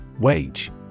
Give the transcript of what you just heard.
wage